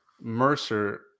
mercer